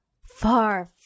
far